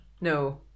No